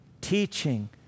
teaching